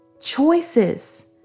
Choices